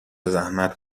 زحمت